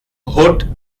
hood